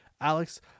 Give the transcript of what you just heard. Alex